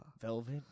Velvet